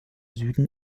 süden